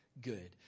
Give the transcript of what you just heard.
good